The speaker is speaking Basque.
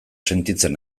sentitzen